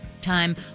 time